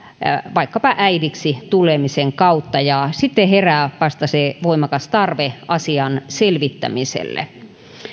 äidiksi tulemisen kautta ja vasta sitten herää voimakas tarve asian selvittämiselle